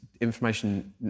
information